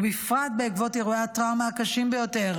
בפרט בעקבות אירועי הטראומה הקשים ביותר